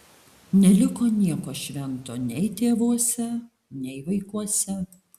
neliko nieko švento nei tėvuose nei vaikuose